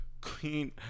Queen